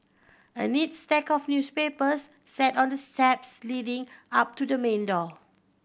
a neat stack of newspapers sat on the steps leading up to the main door